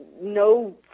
no